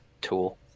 Tool